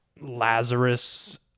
Lazarus